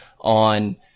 on